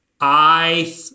I-